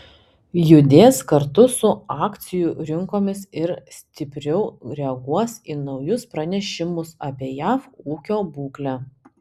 judės kartu su akcijų rinkomis ir stipriau reaguos į naujus pranešimus apie jav ūkio būklę